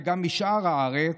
וגם משאר הארץ,